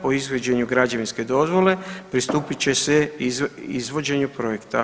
Po ishođenju građevinske dozvole pristupit će se izvođenju projektu.